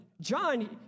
John